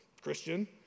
Christian